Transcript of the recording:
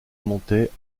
montaient